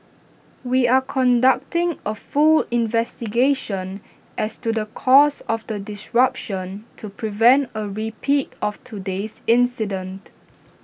we are conducting A full investigation as to the cause of the disruption to prevent A repeat of today's incident